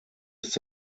ist